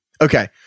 Okay